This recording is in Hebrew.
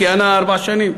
כיהנה ארבע שנים,